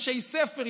אנשי ספר,